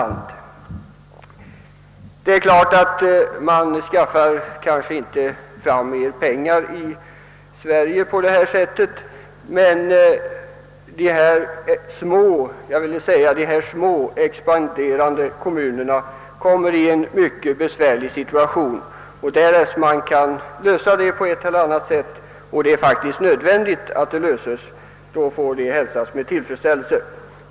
Det är klart att vi genom diskussioner inte skaffar fram mera pengar, men de små expanderande kommunerna kommer under nuvarande förhållanden i en mycket besvärlig situation. Kunde man lösa denna fråga på ett eller annat sätt, vilket faktiskt är nödvändigt, skulle detta hälsas med tillfredsställelse.